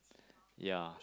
yeah